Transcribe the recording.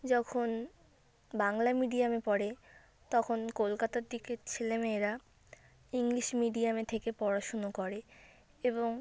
যখন বাংলা মিডিয়ামে পড়ে তখন কলকাতার দিকের ছেলে মেয়েরা ইংলিশ মিডিয়ামে থেকে পড়াশুনো করে এবং